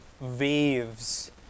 waves